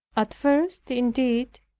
at first indeed,